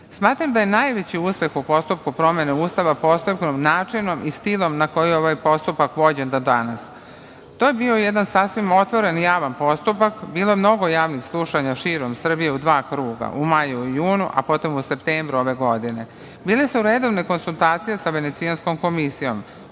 Ustava. Smatram da je najveći uspeh u postupku promene Ustava postignut načinom i stilom na koji je ovaj postupak vođen do danas. To je bio jedan sasvim otvoren i javni postupak, bilo je mnogo javnih slušanja širom Srbije u dva kruga, u maju i junu, a potom u septembru ove godine. Bile su redovne konsultacije sa Venecijanskom komisijom.